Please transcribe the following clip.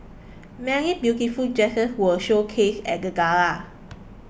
many beautiful dresses were showcased at the gala